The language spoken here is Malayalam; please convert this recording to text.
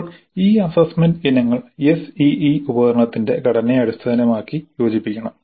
ഇപ്പോൾ ഈ അസ്സസ്സ്മെന്റ് ഇനങ്ങൾ SEE ഉപകരണത്തിന്റെ ഘടനയെ അടിസ്ഥാനമാക്കി യോജിപ്പിക്കണം